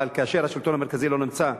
אבל כאשר השלטון המרכזי לא נמצא,